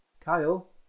Kyle